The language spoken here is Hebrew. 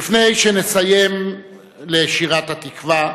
לפני שנסיים בשירת "התקווה",